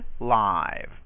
live